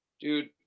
Dude